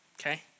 okay